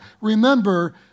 Remember